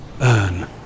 earn